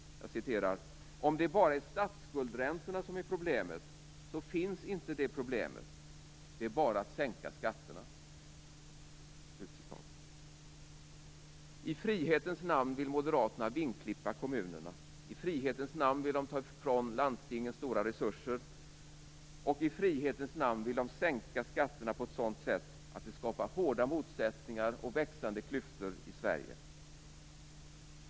Han sade: Om det bara är statsskuldräntorna som är problemet, så finns inte det problemet. Det är bara att sänka skatterna. I frihetens namn vill Moderaterna vingklippa kommunerna. I frihetens namn vill de ta ifrån landstingen stora resurser. I frihetens namn vill de sänka skatterna på ett sådant sätt att det skapar hårda motsättningar och växande klyftor i Sverige.